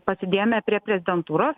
pasidėjome prie prezidentūros